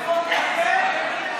פרידמן,